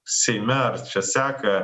seime ar čia seka